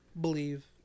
believe